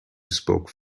spoke